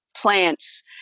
plants